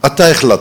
אתה החלטת,